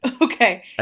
okay